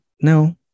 no